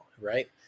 right